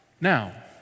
now